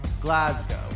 Glasgow